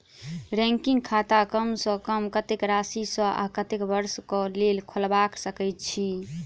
recurring खाता कम सँ कम कत्तेक राशि सऽ आ कत्तेक वर्ष कऽ लेल खोलबा सकय छी